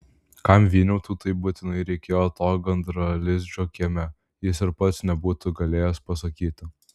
kam vyniautui taip būtinai reikėjo to gandralizdžio kieme jis ir pats nebūtų galėjęs pasakyti